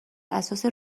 اساس